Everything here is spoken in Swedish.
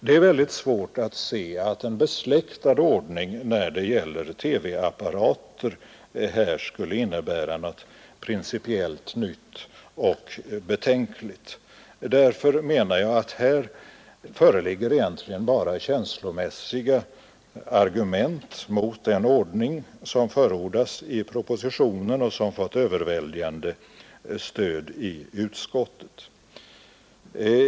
Det är svårt att se att en besläktad ordning när det gäller TV-apprater skulle innebära något principiellt nytt och betänkligt. Därför menar jag att det egentligen bara föreligger känslomässiga argument mot den ordning som förordas i propositionen och som fått överväldigande stöd i utskottet.